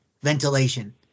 ventilation